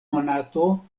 monato